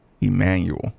Emmanuel